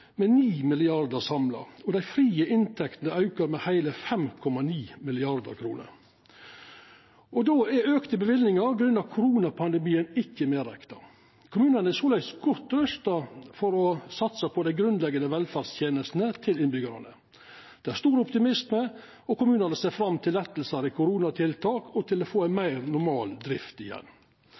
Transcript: med 9 mrd. kr samla, og dei frie inntektene aukar med heile 5,9 mrd. kr. Då er auka løyvingar grunna koronapandemien ikkje rekna med. Kommunane er såleis godt rusta for å satsa på dei grunnleggjande velferdstenestene til innbyggjarane. Det er stor optimisme, og kommunane ser fram til lettar i koronatiltak og til å få ei meir normal drift igjen.